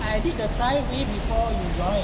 I did the trial way before you join